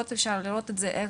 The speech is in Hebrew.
אפשר לראות את זה אצל תינוקות,